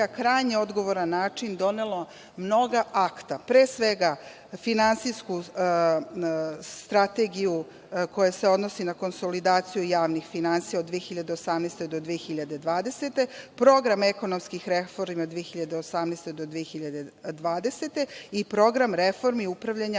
krajnje odgovoran način donelo mnoga akta, pre svega finansijsku strategiju koja se odnosi na konsolidaciju javnih finansija od 2018. do 2020. godine, program ekonomskih reformi od 2018. do 2020. godine i program reformi upravljanja